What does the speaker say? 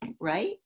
right